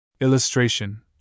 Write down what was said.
Illustration